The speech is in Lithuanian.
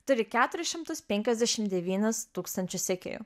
turi keturis šimtus penkiasdešim devynis tūkstančius sekėjų